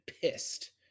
pissed